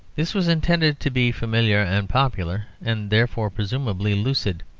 this was intended to be familiar and popular, and therefore, presumably, lucid.